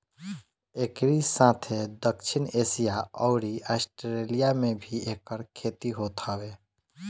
एकरी साथे दक्षिण एशिया अउरी आस्ट्रेलिया में भी एकर खेती होत हवे